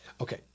Okay